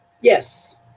Yes